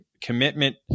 commitment